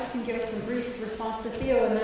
give it some brief, your faults of a